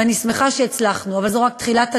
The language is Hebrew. ואני שמחה שהצלחנו, אבל זאת רק תחילת הדרך.